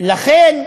לכן,